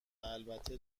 البته